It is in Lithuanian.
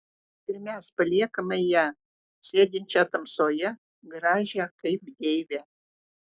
ir mes paliekame ją sėdinčią tamsoje gražią kaip deivę